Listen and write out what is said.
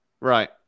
right